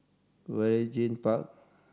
Waringin Park